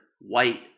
white